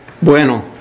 bueno